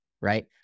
right